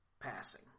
passing